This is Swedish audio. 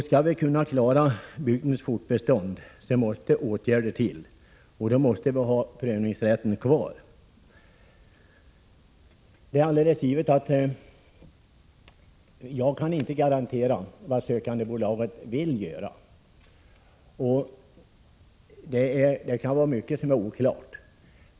Skall bygden kunna fortbestå måste åtgärder till, och då måste vi ha kvar prövningsrätten. Jag kan inte garantera vad sökandebolaget vill göra. Det är mycket som är oklart.